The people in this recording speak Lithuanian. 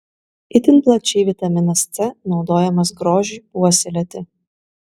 itin plačiai vitaminas c naudojamas grožiui puoselėti